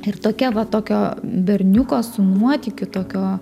ir tokia va tokio berniuko su nuotykiu tokio